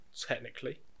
technically